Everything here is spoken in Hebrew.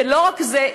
ולא רק זה,